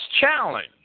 challenge